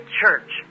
church